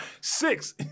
Six